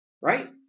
Right